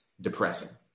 depressing